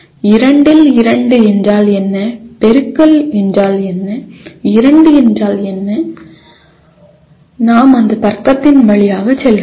2 இல் 2 என்றால் என்ன பெருக்கல் என்றால் என்ன 2 என்றால் என்ன நாம் அந்த தர்க்கத்தின் வழியாக செல்லவில்லை